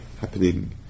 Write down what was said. happening